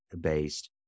based